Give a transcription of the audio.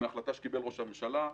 בהחלטה שקיבל ראש הממשלה.